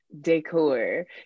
decor